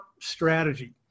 strategy